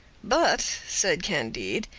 but, said candide,